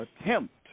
attempt